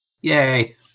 Yay